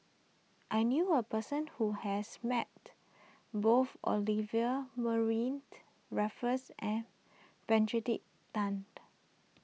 I knew a person who has met both Olivia Mariamne Raffles and Tan